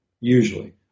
usually